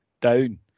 down